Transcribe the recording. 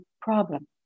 problem